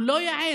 הוא לא יעז